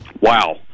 Wow